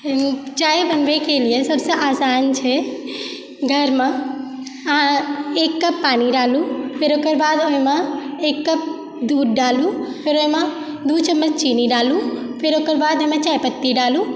चाय बनबैके लिए सबसे आसन छै घरमे अहाँ एक कप पानि डालूँ फेर ओकर बाद ओहिमे एक कप दूध डालूँ फेर ओहिमे दू चमच चीनी डालूँ फेर ओकर बाद ओहिमे चाय पत्ती डालूँ